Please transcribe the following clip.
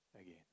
again